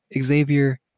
Xavier